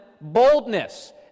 boldness